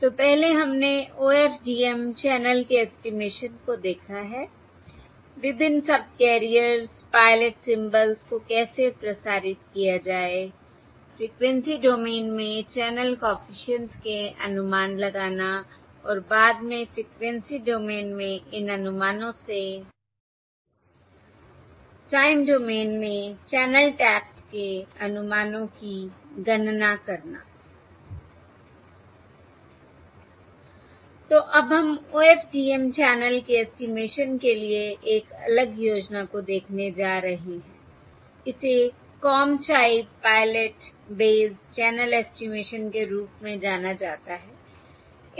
तो पहले हमने OFDM चैनल के ऐस्टीमेशन को देखा है विभिन्न सबकैरियर्स पर पायलट सिंबल्स को कैसे प्रसारित किया जाए फ्रिकवेंसी डोमेन में चैनल कॉफिशिएंट्स के अनुमान लगाना और बाद में फ्रिकवेंसी डोमेन में इन अनुमानों से टाइम डोमेन में चैनल टैप्स के अनुमानों की गणना करना I तो अब हम OFDM चैनल के ऐस्टीमेशन के लिए एक अलग योजना को देखने जा रहे हैं इसे comb type pilot based channel estimation के रूप में जाना जाता है